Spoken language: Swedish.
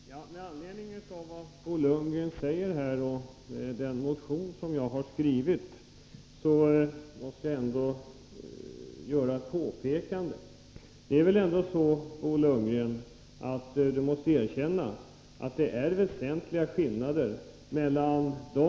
Fru talman! Med anledning av vad Bo Lundgren här säger och den motion som jag har väckt måste jag göra ett påpekande. Bo Lundgren måste väl erkänna att det är väsentliga skillnader mellan olika yrkeskategorier.